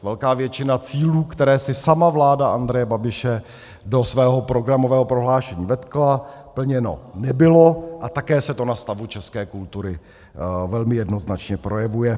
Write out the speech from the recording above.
Velká většina cílů, které si sama vláda Andreje Babiše do svého programového prohlášení vetkla, plněna nebyla a také se to na stavu české kultury velmi jednoznačně projevuje.